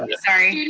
and sorry.